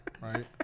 right